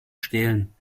stehlen